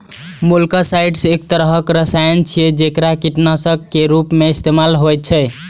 molluscicides एक तरहक रसायन छियै, जेकरा कीटनाशक के रूप मे इस्तेमाल होइ छै